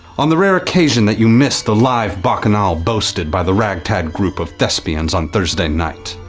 on the rare occasion that you miss the live bacchanal boasted by the rag-tag group of thespians on thursday night,